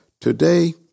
today